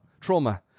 trauma